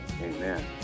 Amen